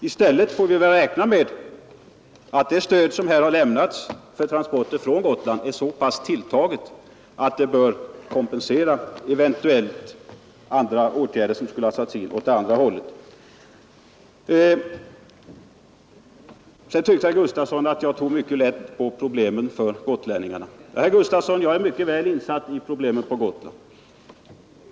I stället får vi väl räkna med att det stöd som här har lämnats för transporter från Gotland är så pass bra tilltaget, att det bör kunna kompensera eventuella andra åtgärder som skulle ha vidtagits i fråga om transporter från det andra hållet. Herr Gustafson tyckte att jag tog mycket lätt på problemen för gotlänningarna, men jag är mycket väl insatt i problemen på Gotland.